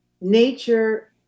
Nature